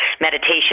meditation